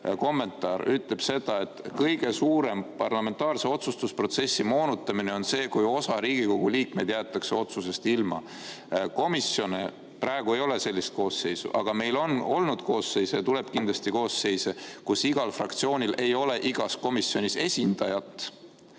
kommentaar ütleb seda, et kõige suurem parlamentaarse otsustusprotsessi moonutamine on see, kui osa Riigikogu liikmeid jäetakse otsuse [tegemise õigusest] ilma. Praegu ei ole sellist koosseisu, aga meil on olnud koosseise ja tuleb kindlasti veel koosseise, kus igal fraktsioonil ei ole igas komisjonis esindajat.